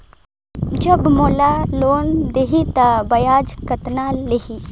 जब मोला लोन देही तो ब्याज कतना लेही?